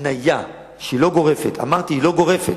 התניה שאינה גורפת, אמרתי שהיא לא גורפת,